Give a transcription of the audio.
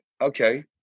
Okay